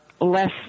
less